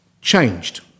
changed